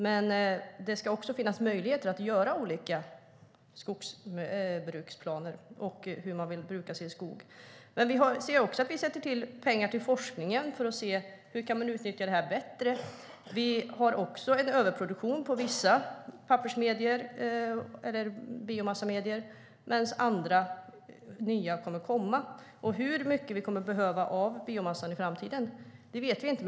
Men det ska också finnas möjligheter att göra olika skogsbruksplaner för hur man vill bruka sin skog. Vi avsätter också pengar till forskningen för att se hur man kan utnyttja skogen bättre. Vi har en överproduktion på vissa biomassamedier medan andra nya kommer att komma. Hur mycket vi kommer att behöva av biomassan i framtiden vet vi inte.